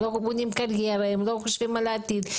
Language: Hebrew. הם לא עסוקים כבר בבניית קריירה ובבנייה של העתיד,